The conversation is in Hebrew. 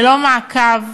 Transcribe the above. ללא מעקב